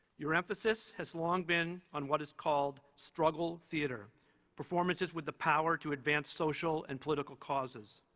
your emphasis has long been on what is called struggle theatre performances with the power to advance social and political causes.